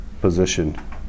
position